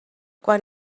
quan